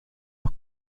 los